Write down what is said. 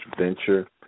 venture